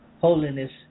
holiness